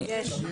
יש.